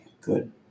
Good